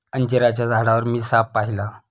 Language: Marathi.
अंजिराच्या झाडावर मी साप पाहिला